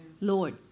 Lord